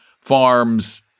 farms